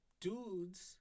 Dudes